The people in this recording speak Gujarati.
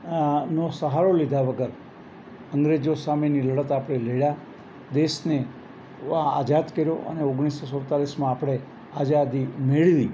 નો સહારો લીધા વગર અંગ્રેજો સામેની લડત આપણે લડ્યાં દેશને એવા આઝાદ કર્યો અને ઓગણીસો સુડતાલીસમાં આપણે આઝાદી મેળવી